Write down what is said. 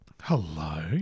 Hello